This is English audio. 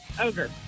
Ogre